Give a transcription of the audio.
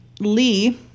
lee